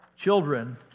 Children